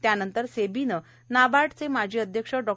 त्यानंतर सेबीनं नाबार्डचे माजी अध्यक्ष डॉ